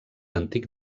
antic